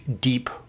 deep